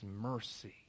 mercy